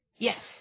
Yes